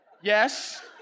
Yes